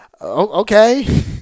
okay